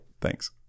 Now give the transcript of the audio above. Thanks